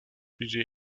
budget